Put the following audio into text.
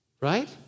right